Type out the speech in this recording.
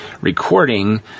recording